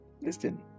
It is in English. listen